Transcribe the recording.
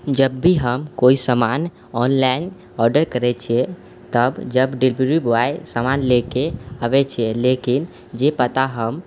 कोनो सामान online order करै छियै तब डिलीवरी बॉय आबै छै सामान लए के लेकिन जे पता हम